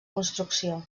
construcció